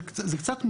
זה קצת מהות.